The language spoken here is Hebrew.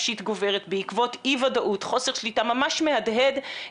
גם מנגישים את ההסברה,